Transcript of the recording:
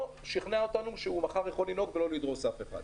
שכנע אותנו שמחר הוא יכול לנהוג ולא לדרוס אף אחד.